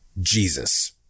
Jesus